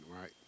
right